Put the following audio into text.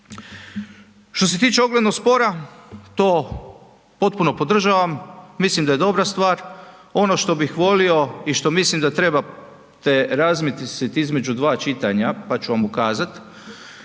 Što se tiče oglednog spora to potpuno podržavam, mislim da je dobra stvar, ono što bih volio i što mislim da trebate razmisliti između dva čitanja pa ću vam ukazat.